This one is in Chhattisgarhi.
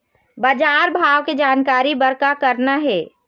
बजार भाव के जानकारी बर का करना हे?